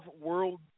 world